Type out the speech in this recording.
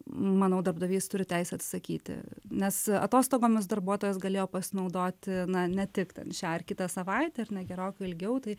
manau darbdavys turi teisę atsisakyti nes atostogomis darbuotojas galėjo pasinaudoti na ne tik ten šią ar kitą savaitę ar ne gerokai ilgiau tai